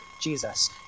Jesus